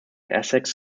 essex